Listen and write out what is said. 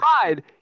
tried